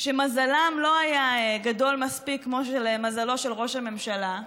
שמזלם לא היה גדול מספיק כמו מזלו של ראש הממשלה,